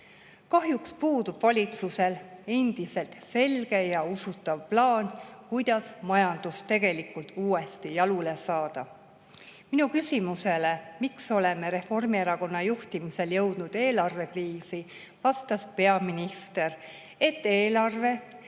Kahjuks puudub valitsusel endiselt selge ja usutav plaan, kuidas majandus uuesti jalule saada. Minu küsimusele, miks me oleme Reformierakonna juhtimisel jõudnud eelarvekriisi, vastas peaminister, et eelarve